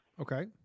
Okay